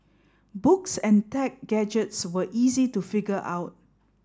books and tech gadgets were easy to figure out